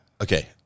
Okay